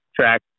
track